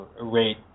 rate